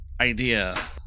idea